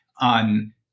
on